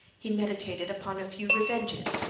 he meditated upon a few revenges.